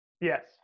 Yes